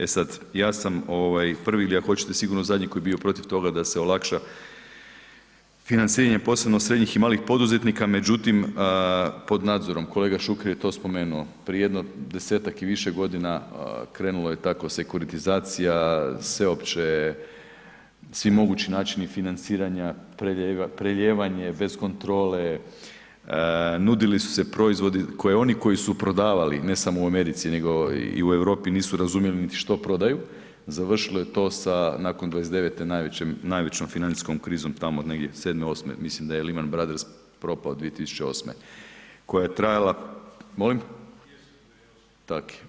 E sad, ja sam prvi ili ako hoćete sigurno zadnji koji je bio protiv toga da se olakša financiranje posebno srednjih i malih poduzetnika međutim pod nadzorom, kolega Šuker je to spomenuo, prije jedno 10-ak i više godina, krenula je tako sekuritizacija sveopće, svi mogući načini financiranja, prelijevanje bez kontrole, nudili su se proizvodi koji oni koji su prodavali ne samo u Americi nego i u Europi nisu razumjeli niti što prodaju, završilo je to sa nakon '29. najvećom financijskom krizom tamo negdje 7., 8., mislim da je Lehman Brothers propao 2008. koja je trajala …… [[Upadica sa strane, ne razumije se.]] Molim? … [[Upadica sa strane, ne razumije se.]] Tako je.